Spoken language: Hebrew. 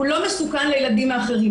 הוא לא מסוכן לילדים האחרים.